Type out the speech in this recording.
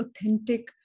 authentic